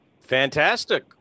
Fantastic